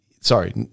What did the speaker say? Sorry